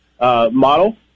model